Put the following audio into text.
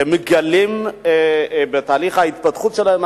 אלה שמגלים בתהליך ההתפתחות שלהם,